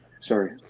Sorry